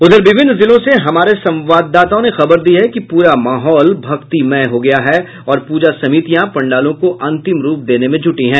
उधर विभिन्न जिलों से हमारे संवाददाताओं ने खबर दी है कि पूरा माहौल भक्तिमय हो गया है और पूजा समितियां पंडालों को अंतिम रूप देने में जूटी हैं